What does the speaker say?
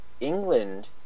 England